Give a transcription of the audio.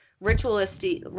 ritualistic